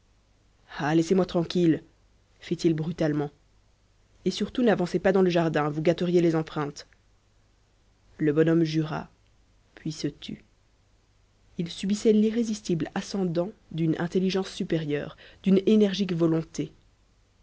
ah laissez-moi tranquille fit-il brutalement et surtout n'avancez pas dans le jardin vous gâteriez les empreintes le bonhomme jura puis se tut il subissait l'irrésistible ascendant d'une intelligence supérieure d'une énergique volonté